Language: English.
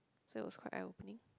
so it was quite eye opening